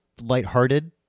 lighthearted